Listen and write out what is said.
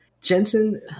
Jensen